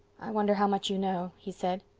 i wonder how much you know, he said.